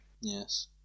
Yes